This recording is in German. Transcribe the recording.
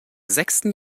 sechsten